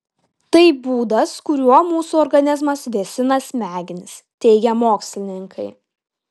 tai būdas kuriuo mūsų organizmas vėsina smegenis teigia mokslininkai